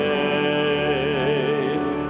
and